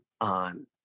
on